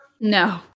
No